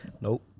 Nope